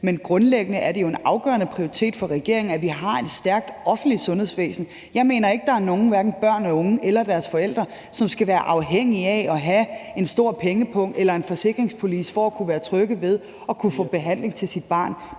Men grundlæggende er det jo en afgørende prioritet for regeringen, at vi har et stærkt offentligt sundhedsvæsen. Jeg mener ikke, der er nogen, hverken børn, unge eller deres forældre, som skal være afhængige af at have en stor pengepung eller en forsikringspolice for at være trygge ved at kunne få behandling til sig selv